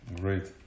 Great